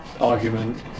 argument